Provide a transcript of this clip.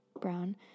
brown